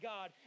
God